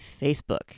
Facebook